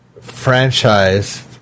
franchise